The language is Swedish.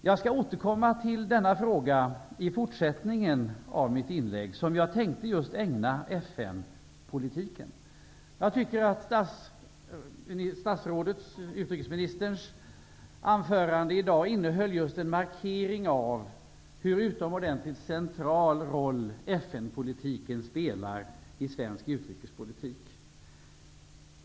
Jag skall återkomma till denna fråga i fortsättningen av mitt inlägg, som jag tänkte ägna just FN-politiken. Jag tycker att utrikesministerns anförande i dag innehöll en markering av hur utomordentligt central FN-politiken är i svensk utrikespolitik.